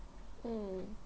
mm